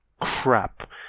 crap